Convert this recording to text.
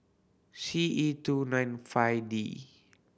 C E two nine five D